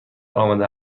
آماده